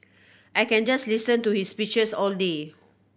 I can just listen to his speeches all day